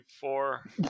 four